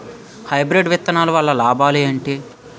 Hybrid విత్తనాలు వల్ల లాభాలు ఏంటి?